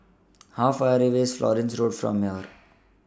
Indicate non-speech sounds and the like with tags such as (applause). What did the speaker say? How Far away IS Florence Road from here (noise)